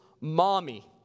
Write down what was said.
mommy